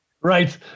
Right